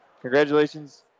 Congratulations